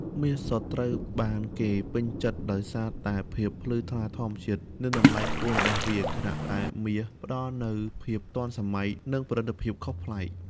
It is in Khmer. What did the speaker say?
មាសសុទ្ធត្រូវបានគេពេញចិត្តដោយសារតែភាពភ្លឺថ្លាធម្មជាតិ និងតម្លៃខ្ពស់របស់វា ខណៈដែលមាសសផ្ដល់នូវភាពទាន់សម័យ និងប្រណិតភាពខុសប្លែក។